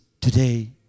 today